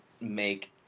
make